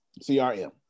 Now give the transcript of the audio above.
CRM